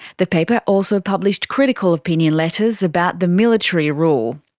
the paper also published critical opinion letters about the military rule.